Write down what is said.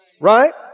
right